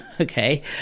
Okay